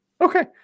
Okay